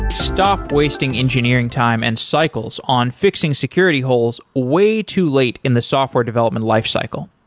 stop wasting engineering time and cycles on fixing security holes way too late in the software development life cycle.